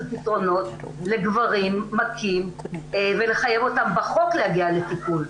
פתרונות לגברים מכים ולחייב אותם בחוק להגיע לטיפול.